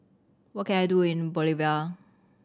what can I do in Bolivia